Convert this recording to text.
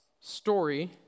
story